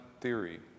theory